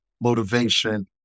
motivation